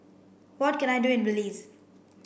what can I do in Belize